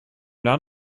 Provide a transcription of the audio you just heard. not